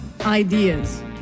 Ideas